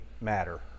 matter